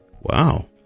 Wow